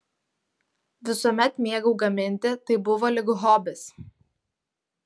visuomet mėgau gaminti tai buvo lyg hobis